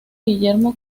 guillermo